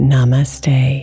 Namaste